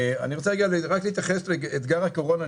אני רוצה רגע להתייחס לאתגר הקורונה.